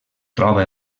troba